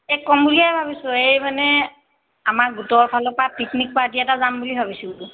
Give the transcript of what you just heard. এই ক'ম বুলিয়ে ভাবিছোঁ এই মানে আমাৰ গোটৰ ফালৰ পৰা পিকনিক পাৰ্টী এটা যাম বুলি ভাবিছোঁ